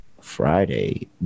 Friday